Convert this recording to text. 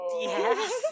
yes